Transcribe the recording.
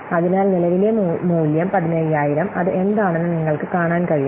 അതിനാൽ നിലവിലെ മൂല്യം 15000 അത് എന്താണെന്ന് നിങ്ങൾക്ക് കാണാൻ കഴിയും